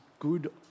Good